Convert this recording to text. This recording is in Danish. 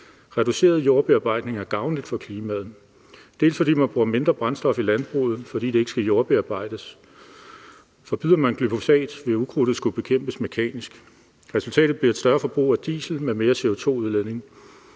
Reduceret jordbearbejdning er gavnligt for klimaet, bl.a. fordi man bruger mindre brændstof i landbruget, da der ikke skal jordbearbejdes. Forbyder man glyfosat, vil ukrudtet skulle bekæmpes mekanisk – resultatet bliver et større forbrug af diesel med mere CO2-udledning.